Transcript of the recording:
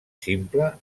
simple